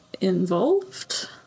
involved